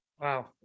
Wow